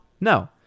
No